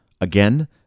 Again